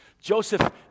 Joseph